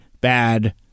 bad